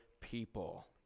people